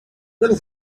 little